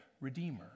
Redeemer